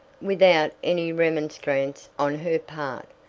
without any remonstrance on her part,